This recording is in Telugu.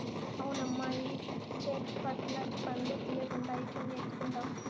అవునమ్మా ఇవి చేట్ పట్ నట్ పండ్లు తీయ్యగుండాయి కొన్ని ఎత్తుకుందాం